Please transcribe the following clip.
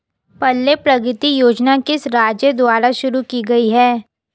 पल्ले प्रगति योजना किस राज्य द्वारा शुरू की गई है?